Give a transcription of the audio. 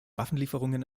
waffenlieferungen